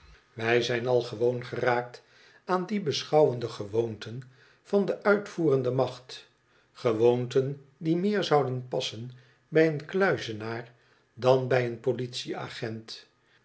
wij zyn al gewoon geraakt aan die beschouwende gewoonten van de uitvoerende macht gewoonten die meer zouden passen bij een kluizenaar dan bij een politie-agent